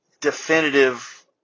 definitive